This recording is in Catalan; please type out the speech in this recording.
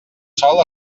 sol